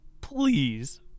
Please